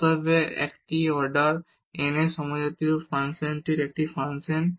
অতএব এটি order n এর সমজাতীয় ফাংশনের একটি ফাংশন